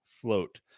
float